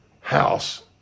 house